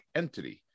entity